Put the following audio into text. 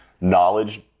knowledge